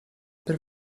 per